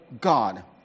God